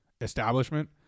establishment